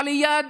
איאד,